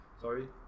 Sorry